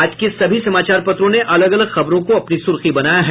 आज के सभी समाचार पत्रों ने अलग अलग खबरों को अपनी सुर्खी बनाया है